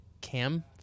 cam